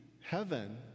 heaven